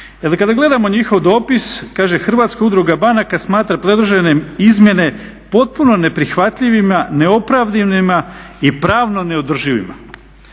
kada gledamo njihov dopis kaže "Hrvatska udruga banaka smatra predložene izmjene potpuno neprihvatljivima, neopravdanima i pravno neodrživima".